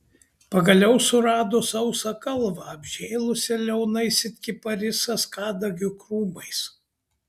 pagaliau surado sausą kalvą apžėlusią liaunais it kiparisas kadagio krūmais